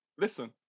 listen